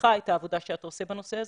מעריכה את העבודה שאתה עושה בנושא הזה,